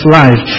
life